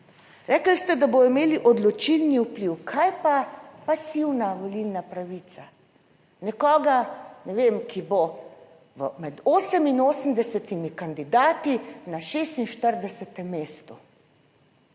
Rekli ste, da bodo imeli odločilni vpliv. Kaj pa pasivna volilna pravica nekoga, ne vem, ki bo med 88 kandidati na 46. mestu?